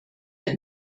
der